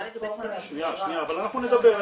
מה לגבי --- שניה, אנחנו נדבר.